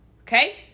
Okay